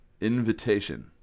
invitation